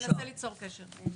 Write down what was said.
אני אנסה ליצור קשר.